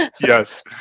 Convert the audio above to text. Yes